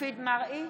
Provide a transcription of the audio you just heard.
מופיד מרעי,